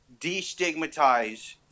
destigmatize